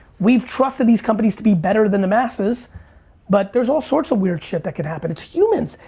we've trusted these companies to be better than the masses but there's all sorts of weird shit that can happen. it's humans.